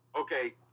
okay